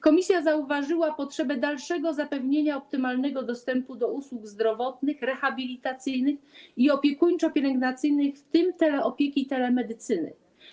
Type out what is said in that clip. Komisja zauważyła potrzebę dalszego zapewnienia optymalnego dostępu do usług zdrowotnych, rehabilitacyjnych i opiekuńczo-pielęgnacyjnych, w tym teleopieki i telemedycyny.